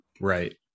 Right